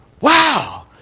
Wow